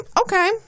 okay